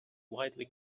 widely